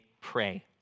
pray